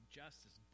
justice